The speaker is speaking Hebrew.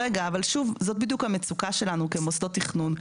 זאת בדיוק המצוקה שלנו כמוסדות תכנון,